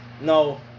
No